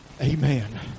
Amen